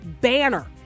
banner